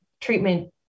treatment